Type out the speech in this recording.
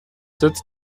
setzt